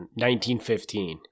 1915